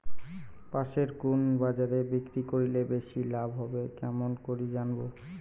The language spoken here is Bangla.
পাশের কুন বাজারে বিক্রি করিলে বেশি লাভ হবে কেমন করি জানবো?